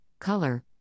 color